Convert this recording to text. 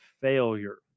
failure